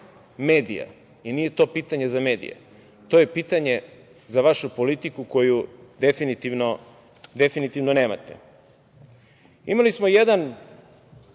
medija i nije to pitanje za medije. To je pitanje za vašu politiku koju definitivno nemate. Imali smo kao